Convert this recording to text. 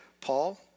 Paul